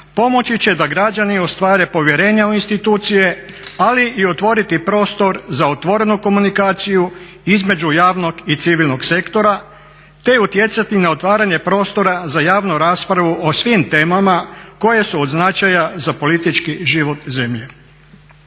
pomoći će da građani ostvare povjerenje u institucije, ali i otvoriti prostor za otvorenu komunikaciju između javnog i civilnog sektora, te utjecati na otvaranje prostora za javnu raspravu o svim temama koje su od značaja za politički život zemlje.